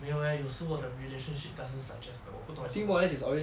没有 eh 有时我的 relationship doesn't suggest 的我不懂为什么